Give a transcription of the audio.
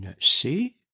See